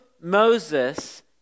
Moses